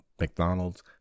McDonald's